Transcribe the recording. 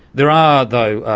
there are, though,